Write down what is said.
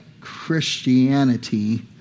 christianity